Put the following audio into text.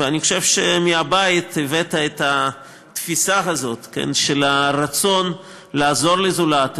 ואני חושב שמהבית הבאת את התפיסה הזאת של הרצון לעזור לזולת,